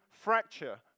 fracture